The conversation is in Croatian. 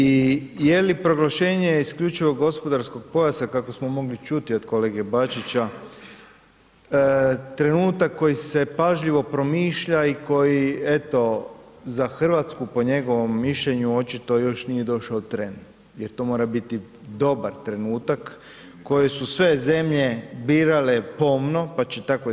I je li proglašenje isključivog gospodarskog pojasa kako smo mogli čuti od kolege Bačića trenutak koji se pažljivo promišlja i koji eto za RH po njegovom mišljenju očito još nije došao tren jer to mora biti dobar trenutak koji su sve zemlje birale pomno, pa će tako i RH.